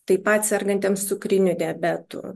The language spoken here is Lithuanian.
taip pat sergantiems cukriniu diabetu